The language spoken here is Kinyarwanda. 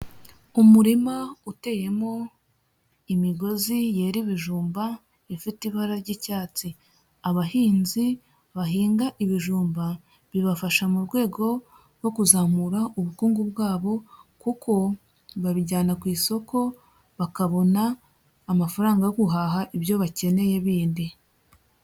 Umurima uteyemo imigozi yera ibijumba, ifte ibara ry'icyatsi, abahinzi bahinga ibijumba, bibafasha mu rwego rwo kuzamura ubukungu bwabo, kuko babijyana ku isoko bakabona amafaranga yo guhaha ibyo bakeneye bindi.